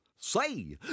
Say